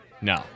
No